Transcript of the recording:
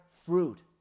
fruit